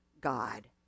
God